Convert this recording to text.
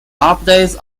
updates